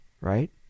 right